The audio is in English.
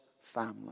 family